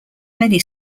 many